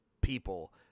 people